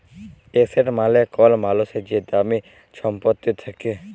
asset মালে কল মালুসের যে দামি ছম্পত্তি থ্যাকে